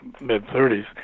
mid-30s